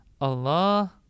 Allah